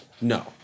No